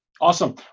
awesome